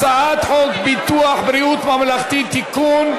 הצעת חוק ביטוח בריאות ממלכתי (תיקון,